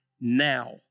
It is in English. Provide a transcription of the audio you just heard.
now